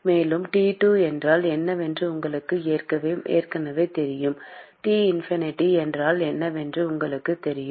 மேலும் T2 என்றால் என்னவென்று உங்களுக்கு ஏற்கனவே தெரியும் T இன்பைனிட்டி என்றால் என்னவென்று உங்களுக்குத் தெரியும்